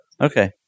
Okay